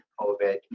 COVID